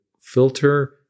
filter